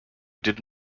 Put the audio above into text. did